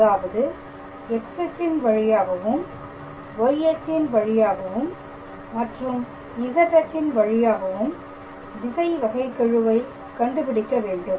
அதாவது X அச்சின் வழியாகவும்Y அச்சின் வழியாகவும் மற்றும் Z அச்சின் வழியாகவும் திசை வகைகெழுவை கண்டுபிடிக்க வேண்டும்